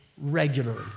regularly